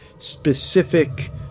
specific